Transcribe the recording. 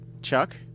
Chuck